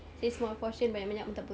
say small portion banyak banyak pun tak apa